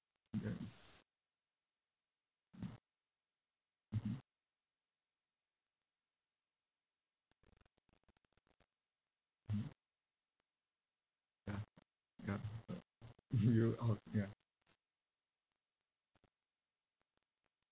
that is mmhmm mmhmm ya ya